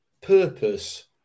purpose